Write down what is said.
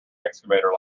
excavator